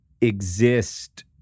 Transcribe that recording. exist